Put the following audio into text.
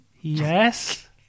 Yes